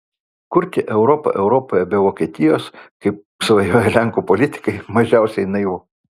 kurti europą europoje be vokietijos kaip svajoja lenkų politikai mažiausiai naivu